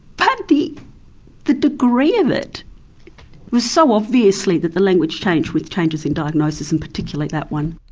but the the degree of it was so obviously that the language changed, with changes in diagnosis and particularly that one.